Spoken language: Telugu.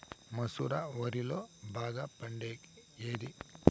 మసూర వరిలో బాగా పండేకి ఏది?